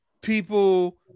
people